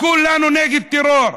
כולנו נגד טרור.